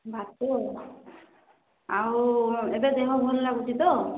ଭାତ ଆଉ ଏବେ ଦେହ ଭଲ ଲାଗୁଛି ତ